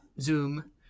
Zoom